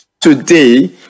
today